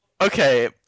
Okay